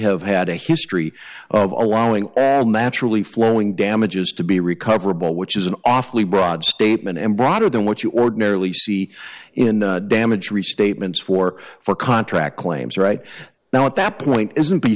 have had a history of allowing am actually flowing damages to be recoverable which is an awfully broad statement and broader than what you ordinarily see in damage restatements for for contract claims right now at that point isn't be